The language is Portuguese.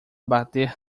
bater